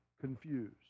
confused